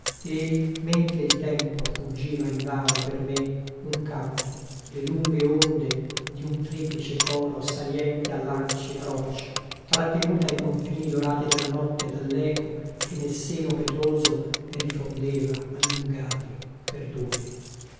e mentre il tempo fuggiva invano per me un canto le lunghe onde di un triplice coro salienti a lanci la roccia trattenute ai confini dorati della notte dall'eco che nel seno petroso le rifondeva allungate perdute